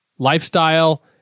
lifestyle